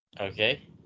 Okay